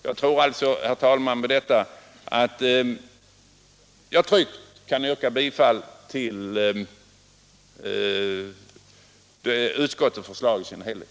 Herr talman! Med detta anser jag mig tryggt kunna yrka bifall till utskottets förslag i dess helhet.